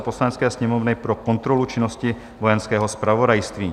Poslanecké sněmovny pro kontrolu činnosti Vojenského zpravodajství